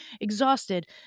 exhausted